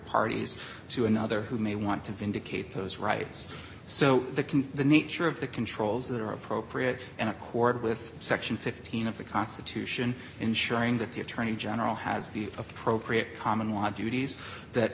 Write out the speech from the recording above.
parties to another who may want to vindicate those rights so the can the nature of the controls that are appropriate and accord with section fifteen of the constitution ensuring that the attorney general has the appropriate common law duties that